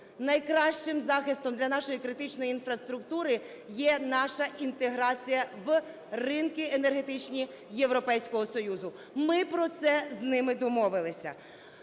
Найкращим захистом для нашої критичної інфраструктури є наша інтеграція в ринки енергетичні Європейського Союзу. Ми про це з ними домовилися.